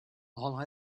all